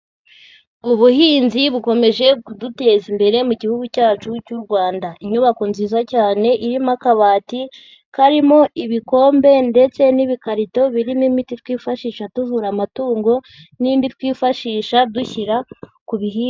Ubuhinzi bukomeje kuduteza imbere mu gihugu cyacu cy'u Rwanda, inyubako nziza cyane irimo akabati karimo ibikombe ndetse n'ibikarito birimo imiti twifashisha tuvura amatungo n'indi twifashisha dushyira ku bihingwa.